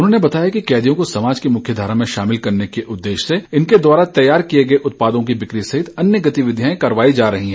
उन्होंने बताया कि कैदियों को समाज की मुख्य धारा में शामिल करने के उददेश्य से इनके द्वारा तैयार किए गए उत्पादों की बिकी सहित अन्य गतिविधियां करवाई जा रही हैं